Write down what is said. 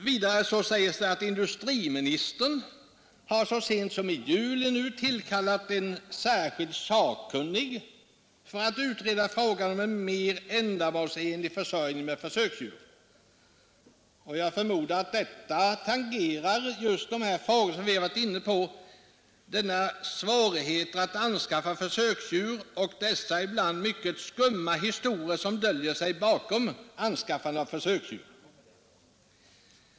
Vidare framhålles att industriministern så sent som i juli har tillkallat en särskilt sakkunnig för att utreda frågan om en mer ändamålsenlig försörjning med försöksdjur. Jag förmodar att bakgrunden härtill är de frågor som vi varit inne på, dvs. svårigheten att anskaffa försöksdjur och de ibland mycket skumma historier som döljer sig bakom förvärvandet av sådana.